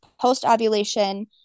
post-ovulation